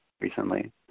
recently